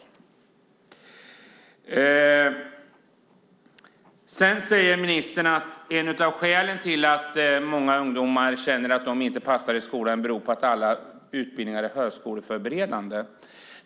Ministern säger sedan att ett av skälen till att många ungdomar känner att de inte passar i skolan är att alla utbildningarna är högskoleförberedande.